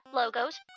logos